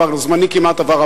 כבר זמני כמעט עבר,